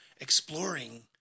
exploring